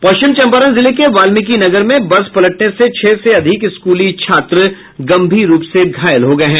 पश्चिम चंपारण जिले के बाल्मीकिनगर में बस पलटने से छह से अधिक स्कूली छात्र गंभीर रूप से घायल हो गये हैं